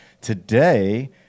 today